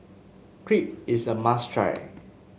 crepe is a must try